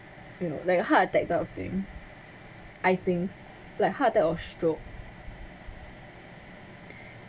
you know like heart attack type of thing I think like heart attack or stroke